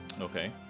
Okay